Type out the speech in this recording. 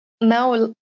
now